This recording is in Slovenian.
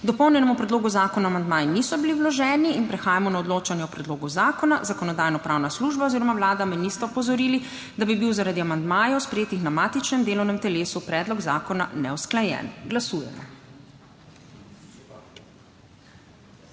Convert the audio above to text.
dopolnjenemu predlogu zakona amandmaji niso bili vloženi, zato prehajamo na odločanje o predlogu zakona. Zakonodajno-pravna služba oziroma Vlada me nista opozorili, da bi bil zaradi amandmajev, sprejetih na matičnem delovnem telesu, predlog zakona neusklajen. Glasujemo.